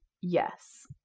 yes